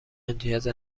امتیاز